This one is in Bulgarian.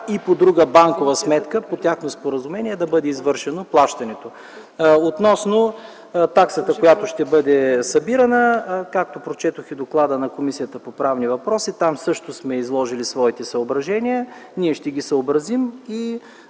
и по друга банкова сметка и по тяхно споразумение да бъде извършено плащането. Относно таксата, която ще бъде събирана – както прочетохте в доклада на Комисията по правни въпроси, там също сме изложили своите съображения. Ние ще ги съобразим